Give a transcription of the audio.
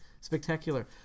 spectacular